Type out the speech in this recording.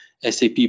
SAP